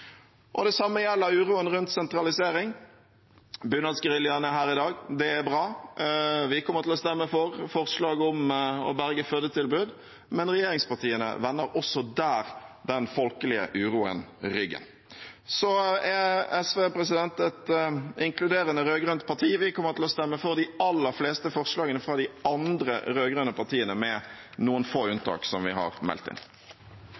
Det samme gjelder uroen rundt sentralisering. Bunadsgeriljaen er her i dag, det er bra. Vi kommer til å stemme for forslaget om å berge fødetilbud. Men regjeringspartiene vender også her den folkelige uroen ryggen. SV er et inkluderende, rød-grønt parti. Vi kommer til å stemme for de aller fleste forslagene fra de andre rød-grønne partiene, med noen få unntak som vi har meldt inn.